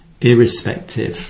irrespective